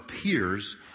appears